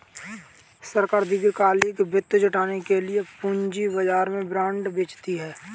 सरकार दीर्घकालिक वित्त जुटाने के लिए पूंजी बाजार में बॉन्ड बेचती है